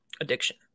addiction